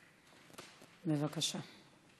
בבקשה.